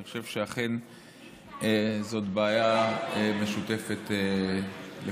אני חושב שאכן זאת בעיה משותפת לכולנו,